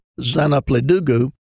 Zanapledugu